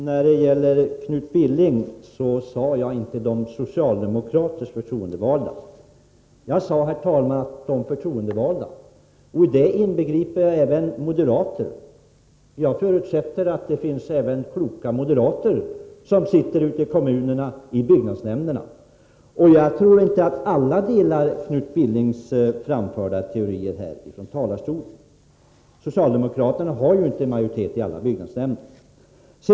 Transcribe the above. Herr talman! Jag sade inte, Knut Billing, ”de socialdemokratiska förtroendevalda” — jag sade ”de förtroendevalda”, och däri inbegriper jag även moderater. Jag förutsätter att det även finns kloka moderater i byggnads nämnderna ute i kommunerna, och jag tror inte att alla delar Knut Billings här från talarstolen framförda teorier. Socialdemokraterna har ju inte majoritet i alla byggnadsnämnder.